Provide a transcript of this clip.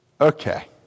Okay